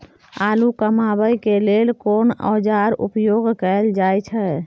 आलू कमाबै के लेल कोन औाजार उपयोग कैल जाय छै?